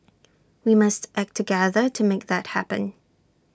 we must act together to make that happen